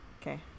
Okay